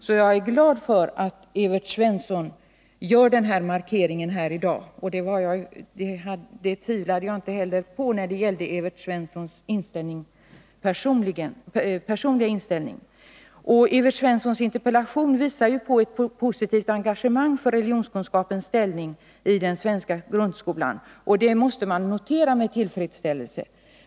Därför är jag glad för att Evert Svensson nu gör denna markering här i dag — och jag tvivlade inte heller på Evert Svenssons personliga inställning på den punkten. Evert Svenssons interpellation visar på ett positivt engagemang för religionskunskapens ställning i den svenska grundskolan, och det måste jag notera med tillfredsställelse.